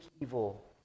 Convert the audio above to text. evil